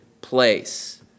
place